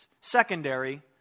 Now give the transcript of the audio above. Secondary